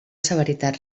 severitat